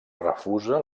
refusa